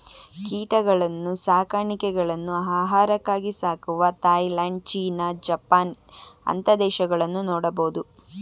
ಕೀಟಗಳನ್ನ್ನು ಸಾಕಾಣೆಗಳನ್ನು ಆಹಾರಕ್ಕಾಗಿ ಸಾಕುವ ಥಾಯಲ್ಯಾಂಡ್, ಚೀನಾ, ಜಪಾನ್ ಅಂತ ದೇಶಗಳನ್ನು ನೋಡಬಹುದು